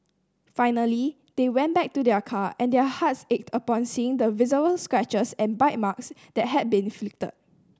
finally they went back to their car and their hearts ached upon seeing the visible scratches and bite marks that had been inflicted